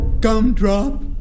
Gumdrop